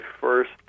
first